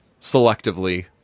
selectively